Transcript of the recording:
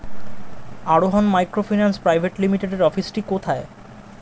আরোহন microfinance private লিমিটেডের অফিসটি কোথায়?